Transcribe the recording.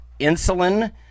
insulin